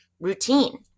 routine